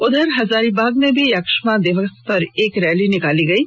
उधर हजारीबाग में भी यक्ष्मा दिवस पर एक रैली निकाली गयी